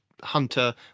Hunter